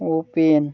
Upen